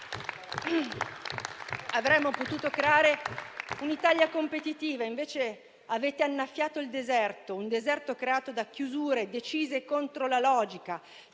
Avremmo potuto creare un'Italia competitiva e invece avete annaffiato un deserto, creato da chiusure decise contro la logica,